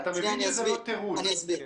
אסביר --- רועי,